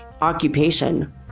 occupation